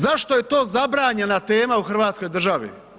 Zašto je to zabranjena tema u hrvatskoj državi?